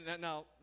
Now